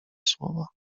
słowa